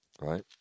Right